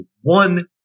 one